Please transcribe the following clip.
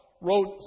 wrote